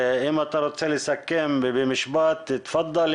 אם אתה רוצה לסכם במשפט, בבקשה.